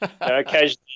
occasionally